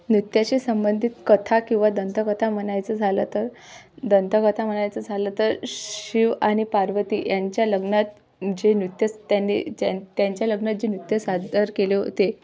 नृत्याशी संबंधित कथा किंवा दंतकथा म्हणायचं झालं तर दंतकथा म्हणायचं झालं तर शिव आणि पार्वती यांच्या लग्नात जे नृत्य त्यांनी ज त्यांच्या लग्नात जे नृत्य सादर केले होते